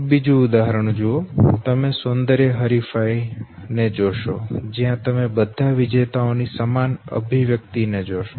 બીજુ ઉદાહરણ જુઓ તમે સૌન્દર્ય હરીફાઈ ને જોશો ત્યાં તમે બધા વિજેતાઓ ની સમાન અભિવ્યક્તિ ને જોશો